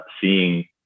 seeing